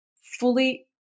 fully